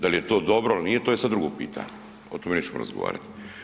Da li je to dobro il nije, to je sad drugo pitanje, o tome nećemo razgovarati.